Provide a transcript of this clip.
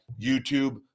YouTube